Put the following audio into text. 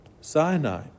Sinai